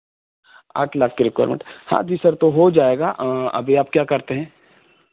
आठ लाख की रिक्वायरमेंट हाँ जी सर तो हो जाएगा अभी आप क्या करते हैं